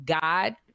God-